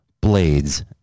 blades